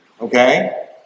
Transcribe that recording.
Okay